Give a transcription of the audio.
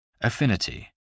Affinity